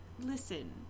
Listen